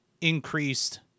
increased